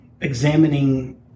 examining